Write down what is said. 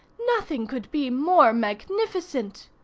nothing could be more magnificent.